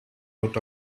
out